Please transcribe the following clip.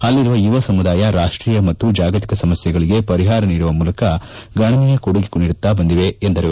ಅಲ್ಲಿರುವ ಯುವ ಸಮುದಾಯ ರಾಷ್ಟೀಯ ಮತ್ತು ಜಾಗತಿಕ ಸಮಸ್ಯೆಗಳಿಗೆ ಪರಿಹಾರ ನೀಡುವ ಮೂಲಕ ಗಣನೀಯ ಕೊಡುಗೆ ನೀಡುತ್ತಾ ಬಂದಿವೆ ಎಂದರು